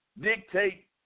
dictate